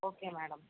okay madam